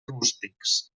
rústics